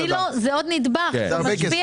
הסילו זה עוד נדבך משפיע.